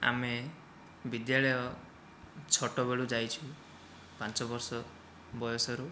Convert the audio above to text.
ଆମେ ବିଦ୍ୟାଳୟ ଛୋଟ ବେଳୁ ଯାଇଛୁ ପାଞ୍ଚ ବର୍ଷ ବୟସରୁ